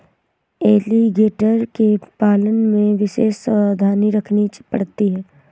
alligator के पालन में विशेष सावधानी रखनी पड़ती है